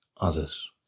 others